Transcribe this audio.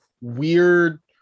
weird